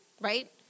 Right